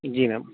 जी ma'am